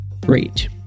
great